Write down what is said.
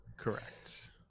Correct